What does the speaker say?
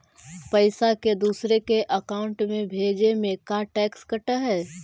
पैसा के दूसरे के अकाउंट में भेजें में का टैक्स कट है?